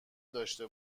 داشته